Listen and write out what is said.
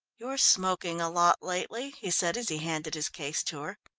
you're smoking a lot lately, he said as he handed his case to her.